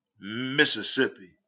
Mississippi